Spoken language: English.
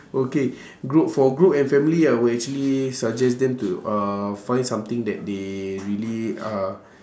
okay group for group and family I will actually suggest them to uh find something that they really uh